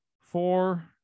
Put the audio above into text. four